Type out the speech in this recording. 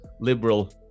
liberal